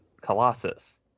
colossus